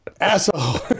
Asshole